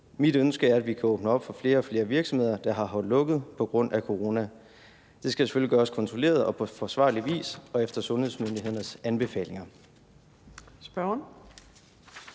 Mit ønske er, at vi kan åbne op for flere og flere virksomheder, der har holdt lukket på grund af corona. Det skal selvfølgelig gøres kontrolleret og på forsvarlig vis og efter sundhedsmyndighedernes anbefalinger.